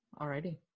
Alrighty